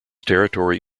territory